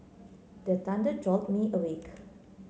the thunder jolt me awake